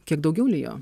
kiek daugiau lijo